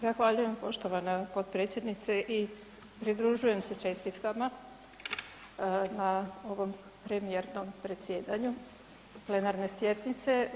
Zahvaljujem poštovana potpredsjednice i pridružujem se čestitkama na ovom premijernom zasjedanju plenarne sjednice.